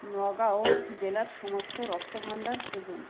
নগাঁও জেলার সমস্ত রক্তভাণ্ডার খুঁজুন